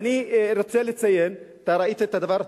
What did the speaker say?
אני רוצה לציין, אתה ראית את הדבר?